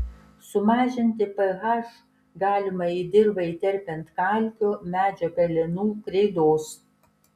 sumažinti ph galima į dirvą įterpiant kalkių medžio pelenų kreidos